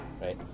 right